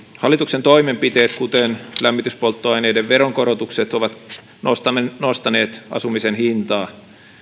hallituksen toimenpiteet kuten lämmityspolttoaineiden veronkorotukset ovat nostaneet asumisen hintaa